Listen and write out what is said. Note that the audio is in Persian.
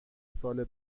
سال